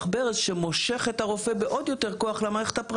ברז שמושך את הרופא בעוד יותר כוח למערכת הפרטית.